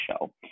show